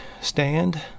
Stand